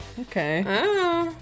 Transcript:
Okay